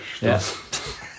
yes